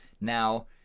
Now